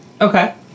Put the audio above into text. Okay